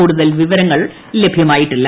കൂടുതൽ വിവരങ്ങൾ അറിവായിട്ടില്ല